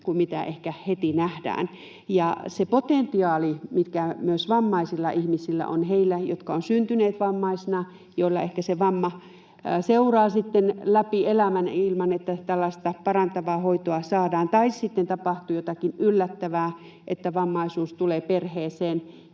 kuin mitä ehkä heti nähdään, sitä potentiaalia, mikä myös vammaisilla ihmisillä on — heillä, jotka ovat syntyneet vammaisina, joilla ehkä se vamma seuraa sitten läpi elämän, ilman että tällaista parantavaa hoitoa saadaan, tai sitten tapahtuu jotakin yllättävää, että vammaisuus tulee perheeseen.